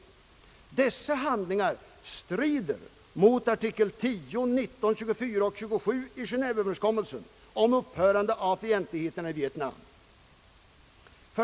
Dessa handlingar strider mot artiklarna 10, 19, 24 och 27 i överenskommelsen om upphörande av fientligheterna i Vietnam.